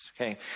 okay